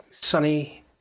Sunny